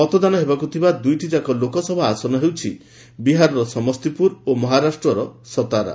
ମତଦାନ ହେବାକୁଥିବା ଦୁଇଟିଯାକ ଲୋକସଭା ଆସନ ମଧ୍ୟରେ ରହିଛି ବିହାରର ସମସ୍ତିପୁର ଓ ମହାରାଷ୍ଟ୍ରର ସତାରା